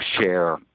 share